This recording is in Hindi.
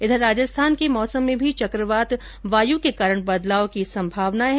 इधर राजस्थान के मौसम में भी चक्रवात वाय के कारण बदलाव की संभावना है